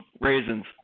raisins